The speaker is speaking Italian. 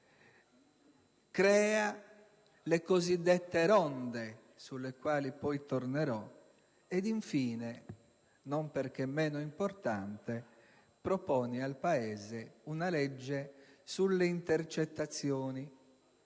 crea le cosiddette ronde, sulle quali tornerò - ed infine - non perché meno importante - propone al Paese una legge sulle intercettazioni,